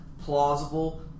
plausible